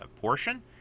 portion